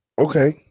Okay